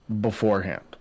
beforehand